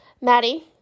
Maddie